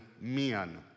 men